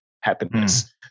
happiness